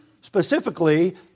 specifically